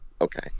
okay